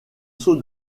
saut